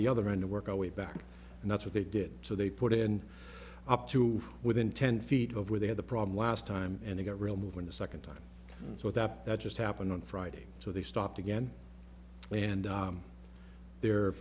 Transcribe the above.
the other end to work our way back and that's what they did so they put in up to within ten feet of where they had the problem last time and they got real movement a second time so that that just happened on friday so they stopped again and they're